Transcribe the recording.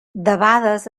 debades